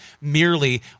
merely